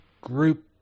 group